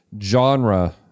genre